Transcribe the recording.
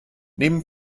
neben